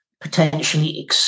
potentially